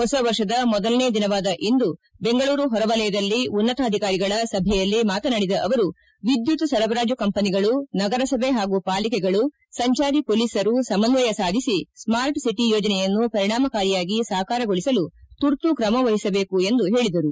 ಹೊಸ ವರ್ಷದ ಮೊದಲನೆಯ ದಿನವಾದ ಇಂದು ಬೆಂಗಳೂರು ಹೊರವಲಯದಲ್ಲಿ ಉನ್ನತಾಧಿಕಾರಿಗಳ ಸಭೆಯಲ್ಲಿ ಮಾತಾನಾಡಿದ ಅವರು ವಿದ್ಯುತ್ ಸರಬರಾಜು ಕಂಪನಿಗಳು ನಗರಸಭೆ ಪಾಗೂ ಪಾಲಿಕೆಗಳು ಸಂಜಾರಿ ಪೊಲೀಸರು ಸಮನ್ವಯ ಸಾಧಿಸಿ ಸ್ವಾರ್ಟ್ಸಿಟಿ ಯೋಜನೆಯನ್ನು ಪರಿಣಾಮಕಾರಿಯಾಗಿ ಸಾಕಾರಗೊಳಿಸಲು ತುರ್ತು ಕ್ರಮವಹಿಸಬೇಕು ಎಂದು ಹೇಳಿದರು